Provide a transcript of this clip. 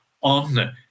on